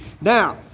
Now